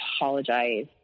apologize